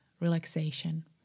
relaxation